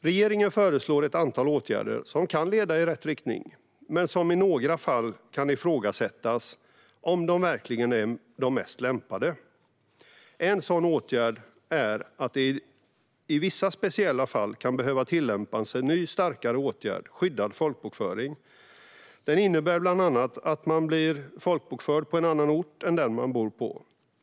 Regeringen föreslår ett antal åtgärder, som kan leda i rätt riktning men där det i några fall kan ifrågasättas om de verkligen är de mest lämpade. En sådan åtgärd är att det i vissa speciella fall kan behöva tillämpas en ny, starkare åtgärd: skyddad folkbokföring. Den innebär bland annat att man blir folkbokförd på en annan ort än den man bor på.